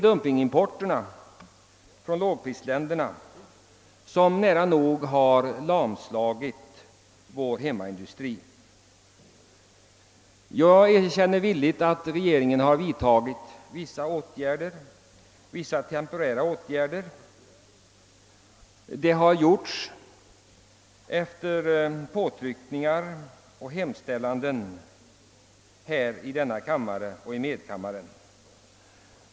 Dumpingimporten från lågprisländerna har nära nog lamslagit vår hemmaindustri. Jag erkänner villigt att regeringen vidtagit vissa temporära åtgärder. Detta har skett efter påtryckningar och hemställanden i denna kammare och i medkammaren.